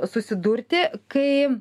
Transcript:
susidurti kai